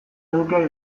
edukiak